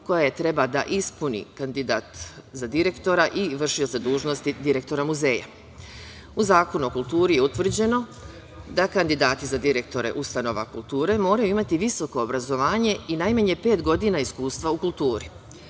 koje treba da ispuni kandidat za direktora i vršioca dužnosti direktora muzeja.U Zakonu o kulturi je utvrđeno da kandidati za direktore ustanova kulture moraju imati visoko obrazovanje i najmanje pet godina iskustva u kulturi.